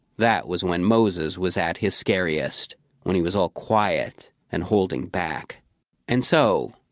that was when moses was at his scariest when he was all quiet and holding back and so,